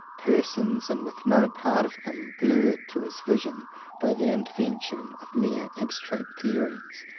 persons, and with no part of them blurred to his vision by the intervention of mere abstract theories,